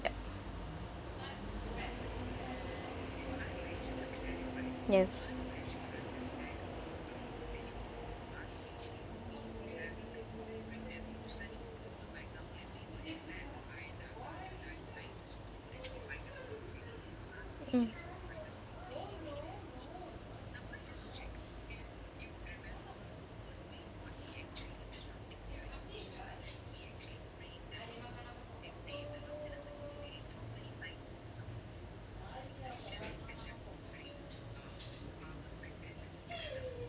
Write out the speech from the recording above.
yes mmhmm